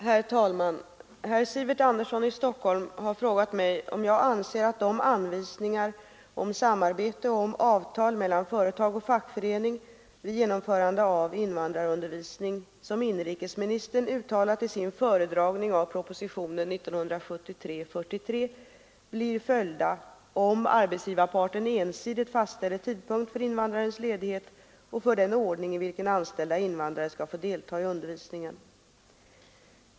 Herr talman! Herr Sivert Andersson i Stockholm har frågat mig om jag anser att de anvisningar om samarbete och om avtal mellan företag och fackförening vid genomförande av invandrarundervisning, som inrikesministern uttalat i sin föredragning av propositionen 43 år 1973, blir följda om arbetsgivarparten ensidigt fastställer tidpunkt för invandrares ledighet och för den ordning i vilken anställda invandrare skall få delta i undervisningen.